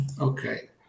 Okay